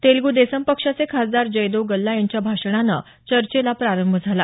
तेलग् देशम पक्षाचे खासदार जयदेव गल्ला यांच्या भाषणानं चर्चेला प्रारंभ झाला